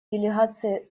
делегации